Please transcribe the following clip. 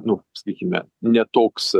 nu sakykime ne toks